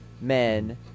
men